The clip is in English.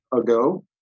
ago